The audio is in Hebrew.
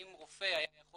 אם רופא היה יכול